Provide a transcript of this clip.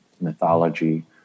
mythology